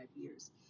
years